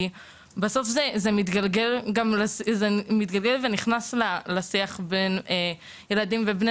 כי בסוף זה מתגלגל ונכנס לשיח בין ילדים ובני